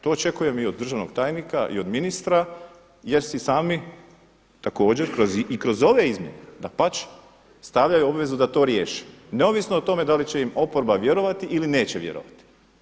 To očekujem i od državnog tajnika i od ministra jer si sami također i kroz ove izmjene, dapače stavljaju obavezu da to riješe neovisno o tome da li će im oporba vjerovati ili neće vjerovati.